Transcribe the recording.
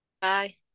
Bye